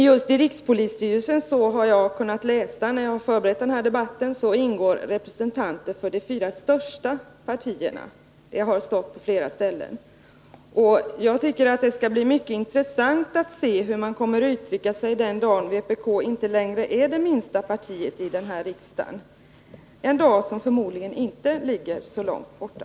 Just i rikspolisstyrelsen — det har jag kunnat läsa när jag har förberett mig för den här debatten — ingår representanter för de fyra största partierna. Det skall bli mycket intressant att se hur man kommer att uttrycka sig den dag då vpk inte längre är det minsta partiet i riksdagen — en dag som förmodligen inte ligger så långt borta.